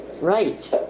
Right